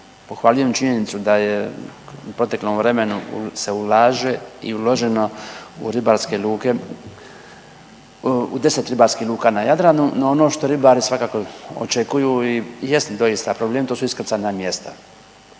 Pohvaljujem činjenicu da je u proteklom vremenu se ulaže i uloženo u ribarske luke, u 10 ribarskih luka na Jadranu, no ono što ribari svakako očekuju i jest doista problem to su iskrcajna mjesta.